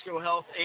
health